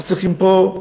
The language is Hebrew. אנחנו צריכים פה,